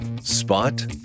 spot